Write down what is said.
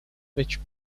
which